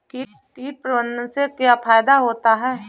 कीट प्रबंधन से क्या फायदा होता है?